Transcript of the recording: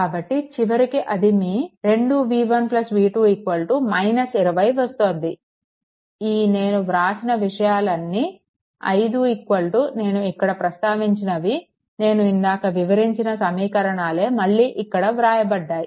కాబట్టి చివరికి అది మీ 2v1 v2 20 వస్తోంది ఈ నేను వ్రాసిన విషయాలన్నీ 5 నేను అక్కడ ప్రస్తావించినవి నేను ఇందాక వివరించిన సమీకరణాలే మళ్ళీ ఇక్కడ వ్రాయబడ్డాయి